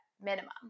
minimum